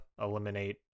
eliminate